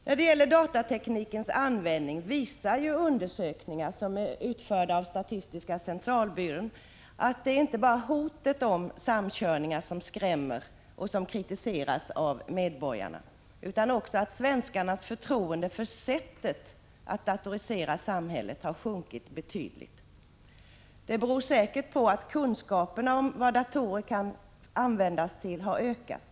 När det gäller datateknikens användning visar undersökningar som är utförda av statistiska centralbyrån att det inte bara är hotet om samkörningar som skrämmer och som kritiseras av medborgarna, utan också att svenskarnas förtroende för sättet att datorisera samhället har sjunkit betydligt. Detta beror säkert på att kunskaperna om vad datorer kan användas till har ökat.